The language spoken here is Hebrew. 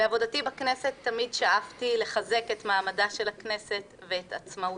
בעבודתי בכנסת תמיד שאפתי לחזק את מעמדה של הכנסת ואת עצמאותה.